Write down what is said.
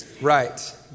Right